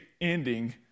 ending